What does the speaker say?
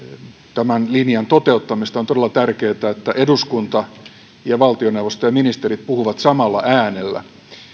tämän linjan toteuttamisesta on todella tärkeätä että eduskunta ja valtioneuvosto ja ministerit puhuvat samalla äänellä